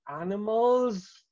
animals